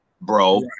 bro